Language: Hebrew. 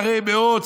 שרי מאות,